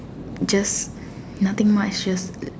just nothing much just